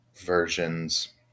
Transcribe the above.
versions